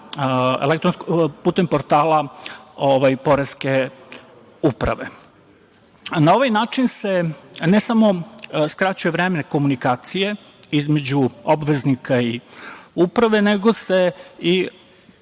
putem portala poreske uprave. Na ovaj način se ne samo skraćuje vreme komunikacije između obveznika i uprave, nego se i,